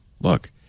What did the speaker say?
look